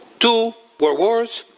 two were wars.